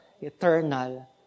eternal